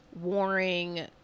warring